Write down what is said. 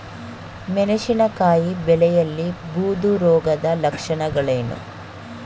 ಮೆಣಸಿನಕಾಯಿ ಬೆಳೆಯಲ್ಲಿ ಬೂದು ರೋಗದ ಲಕ್ಷಣಗಳೇನು?